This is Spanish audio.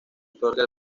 otorga